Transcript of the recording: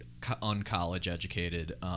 uncollege-educated